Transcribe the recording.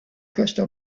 crystal